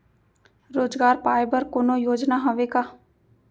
रोजगार पाए बर कोनो योजना हवय का?